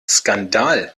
skandal